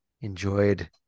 enjoyed